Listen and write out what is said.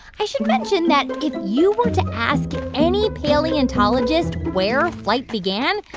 i should mention that if you were to ask any paleontologist where flight began,